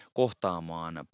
kohtaamaan